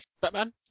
Batman